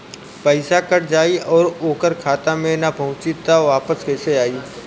पईसा कट जाई और ओकर खाता मे ना पहुंची त वापस कैसे आई?